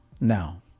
now